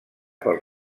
pel